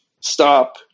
stop